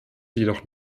jedoch